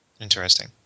Interesting